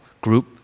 group